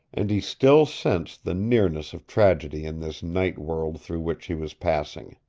and he still sensed the nearness of tragedy in this night-world through which he was passing.